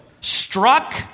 struck